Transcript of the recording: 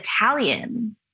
Italian